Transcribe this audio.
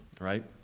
right